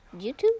YouTube